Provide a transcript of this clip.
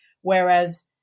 Whereas